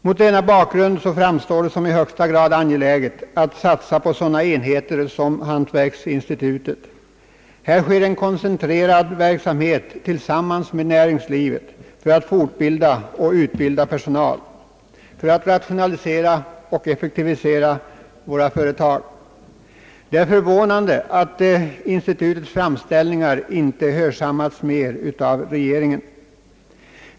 Mot denna bakgrund framstår det som i högsta grad angeläget att satsa på sådana enheter som hantverksinstitutet. Där bedrivs en koncentrerad verksamhet i samarbete med näringslivet för att utbilda och fortbilda personal med sikte på rationalisering och effektivisering av våra företag. Det är förvånande att institutets framställningar inte i större utsträckning hörsammats av regeringen.